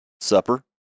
supper